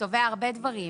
הוא תובע הרבה דברים,